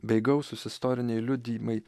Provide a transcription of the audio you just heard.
bei gausūs istoriniai liudijimai